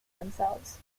themselves